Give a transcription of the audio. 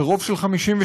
ברוב של 52%,